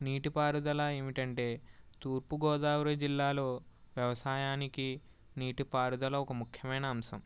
నీటిపారుదల ఏమిటంటే తూర్పుగోదావరి జిల్లాలో వ్యవసాయానికి నీటిపారుదల ఒక ముఖ్యమైన అంశం